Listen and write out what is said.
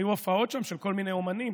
היו שם הופעות של כל מיני אומנים,